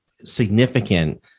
significant